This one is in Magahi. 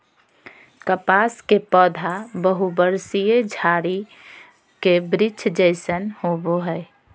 कपास के पौधा बहुवर्षीय झारी के वृक्ष जैसन होबो हइ